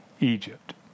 Egypt